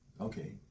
Okay